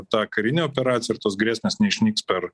ta karinė operacija ir tos grėsmės neišnyks per